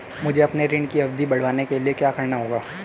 मुझे अपने ऋण की अवधि बढ़वाने के लिए क्या करना होगा?